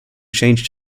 changed